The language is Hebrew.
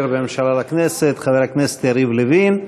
בין הממשלה לכנסת חבר הכנסת יריב לוין.